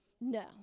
no